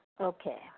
Okay